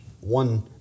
one